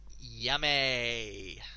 Yummy